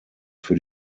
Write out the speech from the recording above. für